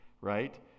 right